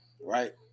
right